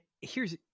here's-